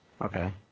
Okay